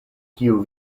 kiu